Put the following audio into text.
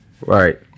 Right